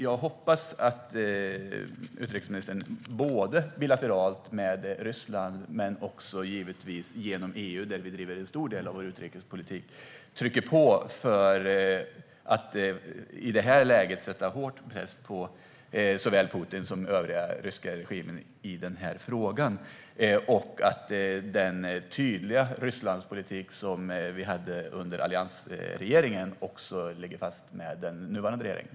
Jag hoppas att utrikesministern både bilateralt med Ryssland och givetvis genom EU, där vi driver en stor del av vår utrikespolitik, trycker på för att i det här läget sätta hård press på såväl Putin som övriga ryska regimen i frågan och att den tydliga Rysslandspolitik som fördes under alliansregeringen ligger fast med den nuvarande regeringen.